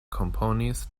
komponis